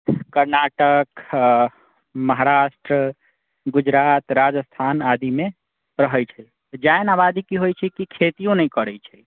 कर्नाटक हंँ महाराष्ट्र गुजरात राजस्थान आदिमे रहैत छै जैन आबादी की होइत छै कि खेतिओ नहि करैत छै